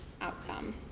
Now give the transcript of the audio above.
outcome